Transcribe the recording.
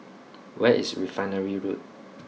where is Refinery Road